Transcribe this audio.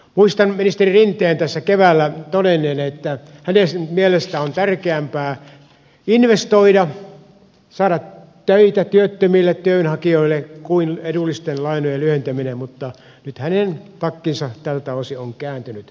muistan ministeri rinteen tässä keväällä todenneen että hänen mielestään on tärkeämpää investoida saada töitä työttömille työnhakijoille kuin edullisia lainoja lyhentää mutta nyt hänen takkinsa tältä osin on kääntynyt